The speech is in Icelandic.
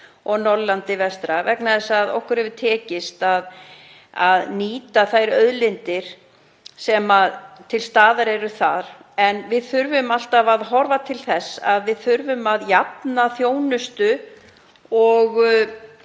og á Norðurlandi vestra vegna þess að okkur hefur tekist að nýta þær auðlindir sem til staðar eru þar. En við þurfum alltaf að horfa til þess að jafna þjónustu og